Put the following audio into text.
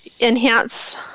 enhance